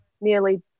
nearly